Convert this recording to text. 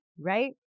Right